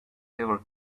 ever